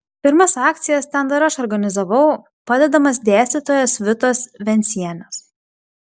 pirmas akcijas ten dar aš organizavau padedamas dėstytojos vitos vencienės